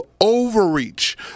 overreach